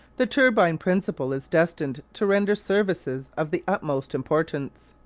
the turbine principle is destined to render services of the utmost importance.